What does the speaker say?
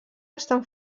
estan